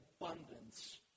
abundance